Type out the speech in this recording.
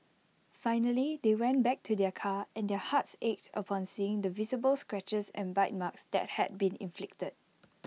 finally they went back to their car and their hearts ached upon seeing the visible scratches and bite marks that had been inflicted